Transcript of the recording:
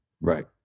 right